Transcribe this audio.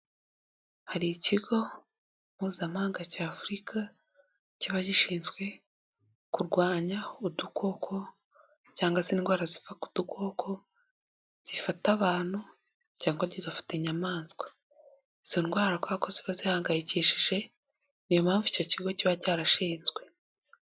Hari ikigo mpuzamahanga cya Afurika kiba gishinzwe kurwanya udukoko cyangwa se indwara ziva ku dukoko, zifata abantu cyangwa zigafata inyamaswa. Izo ndwara kubera ko ziba zihangayikishije ni iyo mpamvu icyo kigo kiba cyarashinzwe.